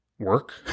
work